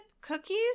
cookies